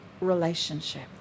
relationship